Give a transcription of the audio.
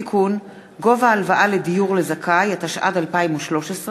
(תיקון, יום שבתון), התשע"ד 2013,